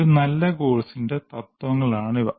ഒരു നല്ല കോഴ്സിന്റെ തത്വങ്ങളാണ് ഇവ